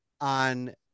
on